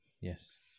yes